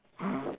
mm